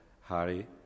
Harry